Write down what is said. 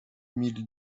mille